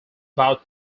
about